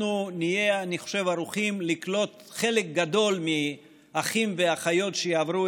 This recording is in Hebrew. אני חושב שנהיה ערוכים לקלוט חלק גדול מהאחים והאחיות שיעברו